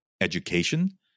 education